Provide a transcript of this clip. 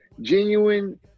genuine